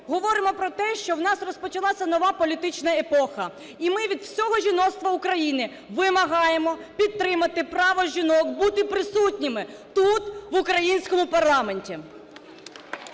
говоримо про те, що у нас розпочалася нова політична епоха. І ми від всього жіноцтва України вимагаємо підтримати право жінок бути присутніми тут, в українському парламенті.